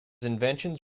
inventions